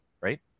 right